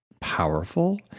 powerful